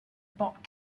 bought